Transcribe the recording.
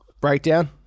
Breakdown